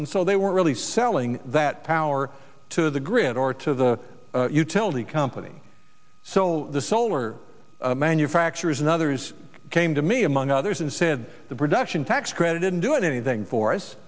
and so they were really selling that power to the grid or to the utility company so the solar manufacturers and others came to me among others and said the production tax credit and doing anything for us